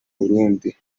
burundi